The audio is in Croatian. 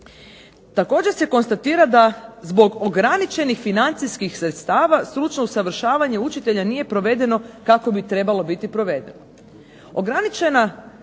Također se konstatira da zbog ograničenih financijskih sredstava stručno usavršavanje učitelja nije provedeno kako bi trebalo biti provedena.